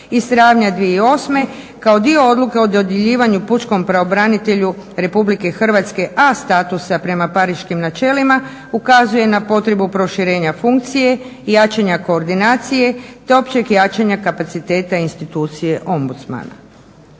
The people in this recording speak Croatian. iz travnja 2008. kao dio odluke o dodjeljivanju pučkom pravobranitelju Republike Hrvatske A statusa prema pariškim načelima ukazuje na potrebu proširenja funkcije, jačanja koordinacije, te općeg jačanja kapaciteta institucije ombudsmana.